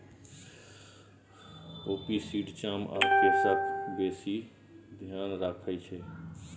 poppy seed चाम आ केसक बेसी धेआन रखै छै